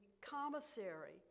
commissary